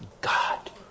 God